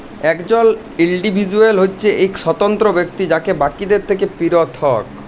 একজল ইল্ডিভিজুয়াল হছে ইক স্বতন্ত্র ব্যক্তি যে বাকিদের থ্যাকে পিরথক